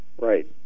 Right